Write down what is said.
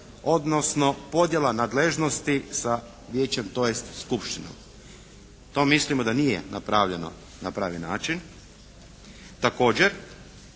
odnosno podjela nadležnosti sa vijećem, tj. skupštinom. To mislimo da nije napravljeno na pravi način. Također